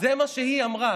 זה מה שהיא אמרה.